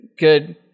Good